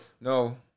No